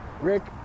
Rick